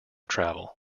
travel